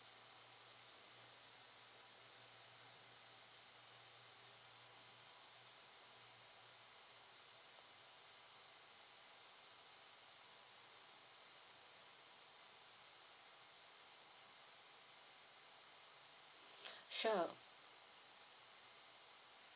sure